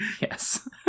yes